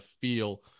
feel